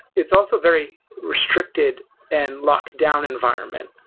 it's also very restricted and locked down environment,